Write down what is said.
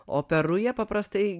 o per rują paprastai